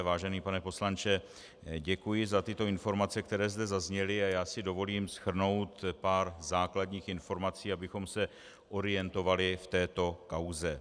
Vážený pane poslanče, děkuji za tyto informace, které zde zazněly, a já si dovolím shrnout pár základních informací, abychom se orientovali v této kauze.